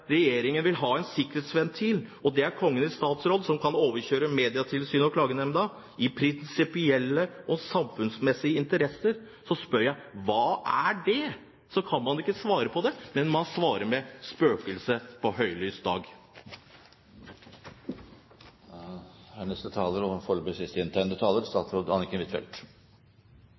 regjeringen vil ha en sikkerhetsventil, og at Kongen i statsråd kan overkjøre Medietilsynet og klagenemnda i saker av «prinsipiell» og «samfunnsmessig» interesse, så spør jeg, hva er det? Det kan man ikke svare på, men man svarer at vi ser spøkelser ved høylys dag. Jeg vil gjenta det jeg har sagt om TV 2-avtalen. Det er en frivillig avtale som er inngått mellom departementet og